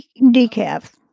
decaf